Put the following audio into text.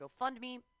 GoFundMe